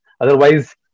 Otherwise